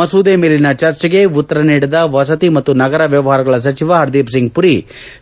ಮಸೂದೆ ಮೇಲಿನ ಚರ್ಚೆಗೆ ಉತ್ತರ ನೀಡಿದ ವಸತಿ ಮತ್ತು ನಗರ ವ್ಯವಹಾರಗಳ ಸಚಿವ ಹರ್ದೀಪ್ ಸಿಂಗ್ ಪುರಿ